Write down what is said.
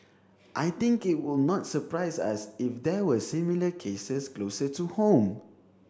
I think it would not surprise us if there were similar cases closer to home